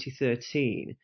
2013